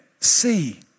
see